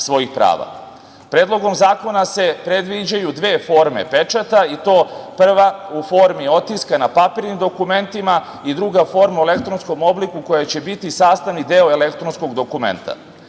prava. Predlogom zakona se predviđaju dve forme pečata i to prva u formi otiska na papirnim dokumentima i druga forma u elektronskom obliku, koja će biti sastavni deo elektronskog dokumenta. Svakako,